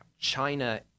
China